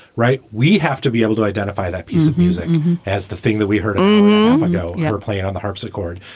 right. we have to be able to identify that piece of music as the thing that we heard know playing on the harpsichord.